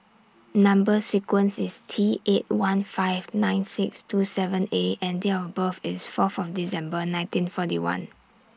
Number sequence IS T eight one five nine six two seven A and Date of birth IS four of December nineteen forty one